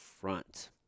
front